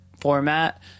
format